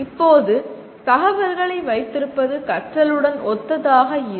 இப்போது தகவல்களை வைத்திருப்பது கற்றலுடன் ஒத்ததாக இல்லை